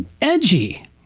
edgy